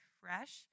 fresh